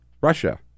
Russia